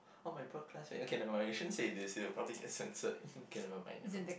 oh my poor classmate okay never mind we shouldn't say this here it will probably get censored okay never mind never mind